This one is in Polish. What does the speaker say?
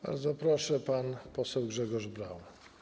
Bardzo proszę, pan poseł Grzegorz Braun.